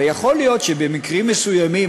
ויכול להיות שבמקרים מסוימים,